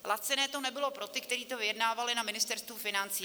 Laciné to nebylo pro ty, kteří to vyjednávali na Ministerstvu financí.